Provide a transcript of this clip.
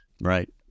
Right